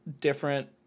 different